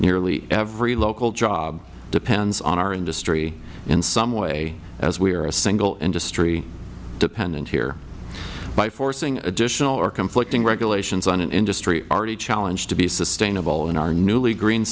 nearly every local job depends on our industry in some way as we are a single industry dependent here by forcing additional or conflicting regulations on an industry already challenged to be sustainable in our newly green